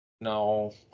No